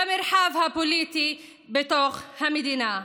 במרחב הפוליטי בתוך המדינה.